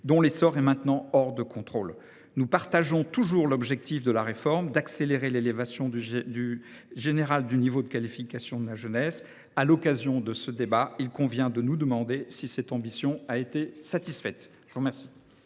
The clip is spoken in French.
dont l’essor est maintenant hors de contrôle. Nous partageons toujours l’objectif de la réforme d’accélérer l’élévation générale du niveau de qualification de notre jeunesse. À l’occasion de ce débat, il convient de nous demander si cette ambition a été satisfaite. La parole